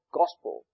gospel